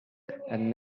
and